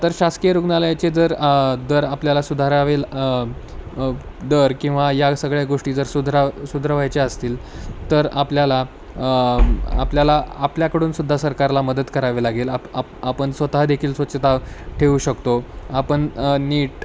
तर शासकीय रुग्णालयाचे जर दर आपल्याला सुधारावे ल् दर किंवा या सगळ्या गोष्टी जर सुधारा सुधरवायच्या असतील तर आपल्याला आपल्याला आपल्याकडूनसुद्धा सरकारला मदत करावी लागेल आप आप आपण स्वतःदेखील स्वच्छता ठेवू शकतो आपण नीट